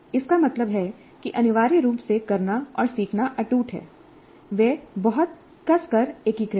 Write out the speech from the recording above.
इसका मतलब है कि अनिवार्य रूप से करना और सीखना अटूट हैं वे बहुत कसकर एकीकृत हैं